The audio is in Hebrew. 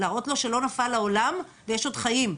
להראות לו שלא נפל העולם ויש עוד חיים.